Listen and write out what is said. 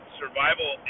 survival